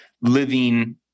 living